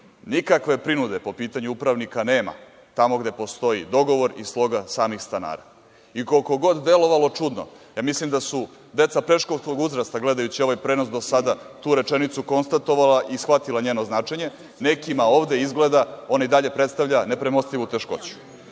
Nikakve prinude po pitanju upravnika nema, tamo gde postoji dogovor i sloga samih stanara. I koliko god delovalo čudno, ja mislim da su deca predškolskog uzrasta, gledajući ovaj prenos, do sada tu rečenicu konstatovala i shvatila njeno značenje, nekima ovde izgleda ona i dalje predstavlja nepremostivu teškoću. Suvišno